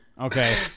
Okay